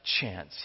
chance